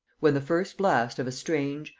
when the first blast of a strange,